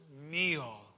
meal